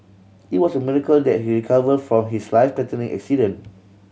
it was a miracle that he recovered from his life threatening accident